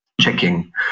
checking